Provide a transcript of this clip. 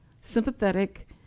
sympathetic